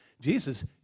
Jesus